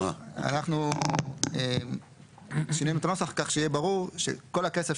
אנחנו שינינו את הנוסח כך שיהיה ברור שכל הכסף